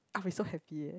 I'll be so happy eh